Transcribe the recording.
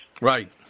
Right